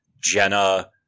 Jenna